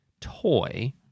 toy